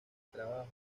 trabajo